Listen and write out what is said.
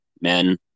men